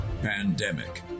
Pandemic